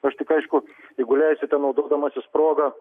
aš tik aišku jeigu leisite naudodamasis proga